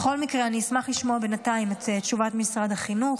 בכל מקרה אני אשמח לשמוע בינתיים את תשובת משרד החינוך.